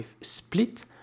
split